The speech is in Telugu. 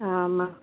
అమ్మ